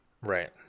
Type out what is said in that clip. Right